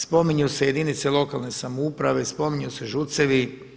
Spominju se jedinice lokalne samouprave i spominju se ŽUC-evi.